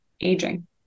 aging